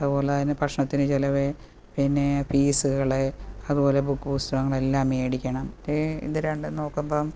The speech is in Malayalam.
അതുപോലെതന്നെ ഭക്ഷണത്തിന് ചിലവ് പിന്നെ ഫീസുകൾ അതുപോലെ ബുക്കും പുസ്തകങ്ങളെല്ലാം മേടിക്കണം ഇത് രണ്ടും നോക്കുമ്പം